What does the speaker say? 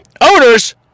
owners